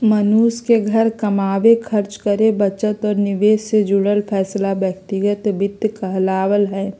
मनुष्य के धन कमावे, खर्च करे, बचत और निवेश से जुड़ल फैसला व्यक्तिगत वित्त कहला हय